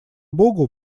богу